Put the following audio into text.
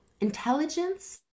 intelligence